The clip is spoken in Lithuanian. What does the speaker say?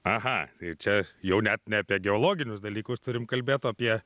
aha tai čia jau net ne apie geologinius dalykus turim kalbėt o apie